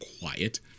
quiet